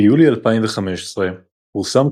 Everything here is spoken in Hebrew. ביולי 2015 פורסם,